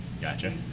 Gotcha